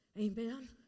Amen